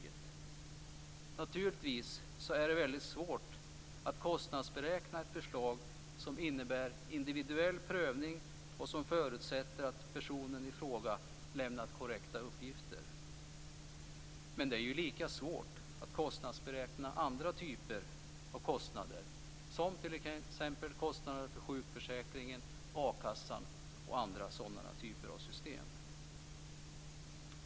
Det är naturligtvis väldigt svårt att kostnadsberäkna ett förslag som innebär individuell prövning och som förutsätter att personen i fråga lämnat korrekta uppgifter, men det är ju lika svårt att kostnadsberäkna andra typer av kostnader som t.ex. kostnaderna för sjukförsäkringen, a-kassan och andra typer av system.